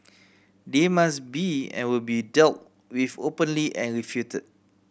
they must be and will be dealt with openly and refuted